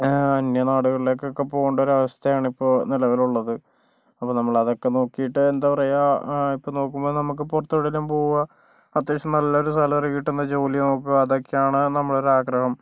അന്യ നാടുകളിലേക്കൊക്കെ പോകണ്ട ഒരവസ്ഥയാണിപ്പോൾ നിലവിലുള്ളത് അപ്പൊൾ നമ്മളതൊക്കെ നോക്കീട്ട് എന്താ പറയുക ഇപ്പൊൾ നോക്കുമ്പോൾ നമുക്ക് പുറത്ത് എവിടെയെങ്കിലും പോകുവ അത്യാവശ്യം നല്ലൊരു സാലറി കിട്ടുന്ന ജോലി നോക്കുക അതൊക്കെയാണ് നമ്മുടെ ഒരാഗ്രഹം